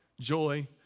joy